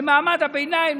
למעמד הביניים,